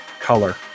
color